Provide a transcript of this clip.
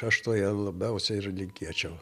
aš to jam labiausiai ir linkėčiau